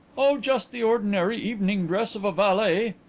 oh, just the ordinary evening dress of a valet.